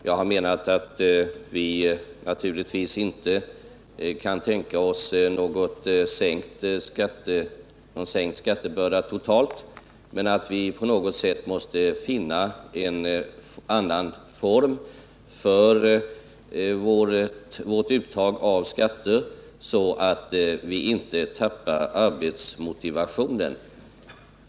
Jag har menat att vi naturligtvis inte kan tänka oss någon sänkt skattebörda totalt men att vi på något sätt måste få en annan form för våra uttag av skatter, så att vi inte tappar arbetsmotivationen.